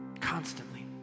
Constantly